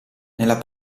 nella